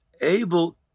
able